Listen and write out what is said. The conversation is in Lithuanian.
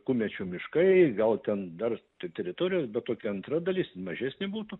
kumečių miškai gal ten dar teritorijos bet tokia antra dalis mažesnė būtų